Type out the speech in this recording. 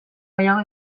gehiago